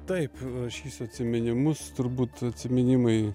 taip rašysiu atsiminimus turbūt atsiminimai